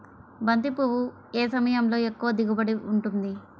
బంతి పువ్వు ఏ సమయంలో ఎక్కువ దిగుబడి ఉంటుంది?